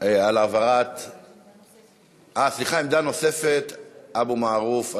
על העברת, אה, סליחה, עמדה נוספת, אבו מערוף.